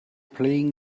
playing